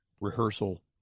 rehearsal